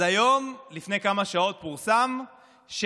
אז היום, לפני כמה שעות, פורסם שלמרות